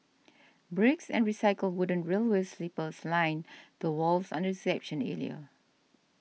bricks and recycled wooden railway sleepers line the walls on the reception area